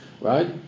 Right